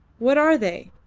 what are they?